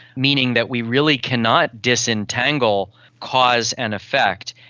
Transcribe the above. meaning that we really cannot disentangle cause and effect.